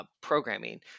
programming